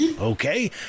Okay